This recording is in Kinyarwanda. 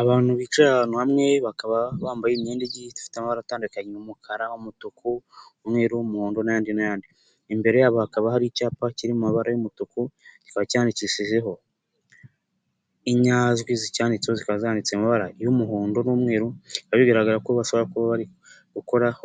Abantu bicaye ahantu hamwe bakaba bambaye imyenda igiye ifite amabara atandukanye umukara, umutuku, umweru, umuhondo n'ayandi n'ayandi. Imbere yabo hakaba hari icyapa kiribara y'umutuku, kikaba cyandikishijeho inyajwi zicyanditseho zikaba zanditse mu mabara y'umuhondo n'umweru, bikaba bigaragara ko bashobora